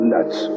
Nuts